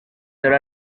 there